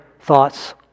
thoughts